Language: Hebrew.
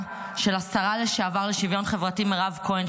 של השרה לשעבר לשוויון חברתי מירב כהן,